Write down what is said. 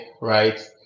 right